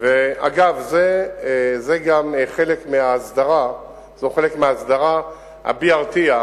אגב, זה גם חלק מההסדרה, ה-BRT,